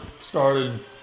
started